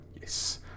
Yes